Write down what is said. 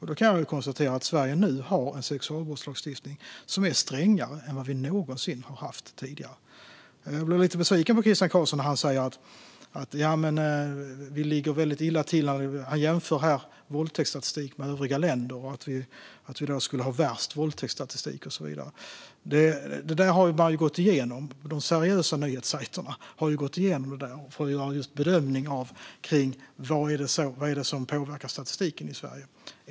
Jag kan då konstatera att Sverige nu har en sexualbrottslagstiftning som är strängare än någonsin tidigare. Jag blir lite besviken på Christian Carlsson när han säger att vi ligger väldigt illa till och jämför våldtäktsstatistik med övriga länder. Han säger att vi skulle ha värst våldtäktsstatistik och så vidare. Det där har man gått igenom på de seriösa nyhetssajterna för att bedöma vad det är som påverkar statistiken i Sverige.